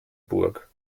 burg